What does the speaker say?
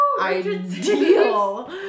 ideal